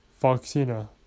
Foxina